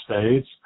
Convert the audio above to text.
States